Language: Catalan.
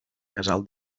casal